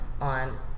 on